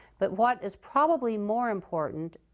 but what is probably more important